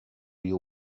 you